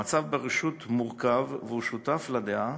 המצב ברשות השידור מורכב, והוא שותף לדעה